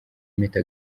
impeta